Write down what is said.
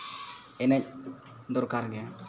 ᱮᱱᱮᱡᱽ ᱫᱚᱨᱠᱟᱨ ᱜᱮ